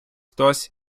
хтось